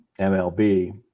MLB